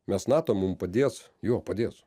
mes nato mum padės jo padės